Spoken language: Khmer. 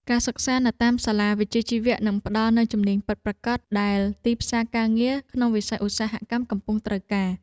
ការសិក្សានៅតាមសាលាវិជ្ជាជីវៈនឹងផ្តល់នូវជំនាញពិតប្រាកដដែលទីផ្សារការងារក្នុងវិស័យឧស្សាហកម្មកំពុងត្រូវការ។